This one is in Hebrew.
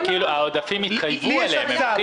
העודפים, התחייבו עליהם.